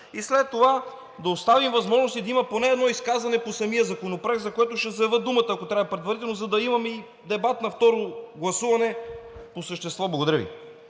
и след това да оставим възможност и да има поне едно изказване по самия законопроект, за което ще заявя думата, ако трябва и предварително, за да имаме и дебат на второ гласуване по същество. Благодаря Ви.